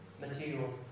material